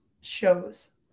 shows